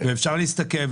ואפשר להסתכל,